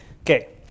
Okay